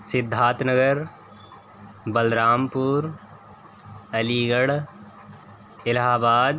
Siddharth Nagar Balrampur Aligarh الٰہ آباد